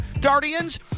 Guardians